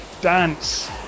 dance